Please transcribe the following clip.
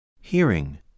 Hearing